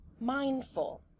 mindful